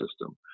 system